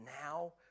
Now